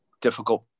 difficult